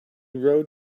rode